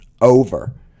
Over